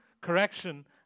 correction